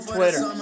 Twitter